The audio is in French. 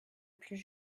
plus